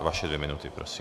Vaše dvě minuty, prosím.